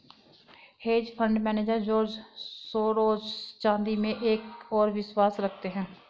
hedge fund manager George Soros चांदी में एक और विश्वास रखते हैं